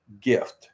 gift